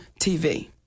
TV